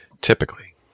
Typically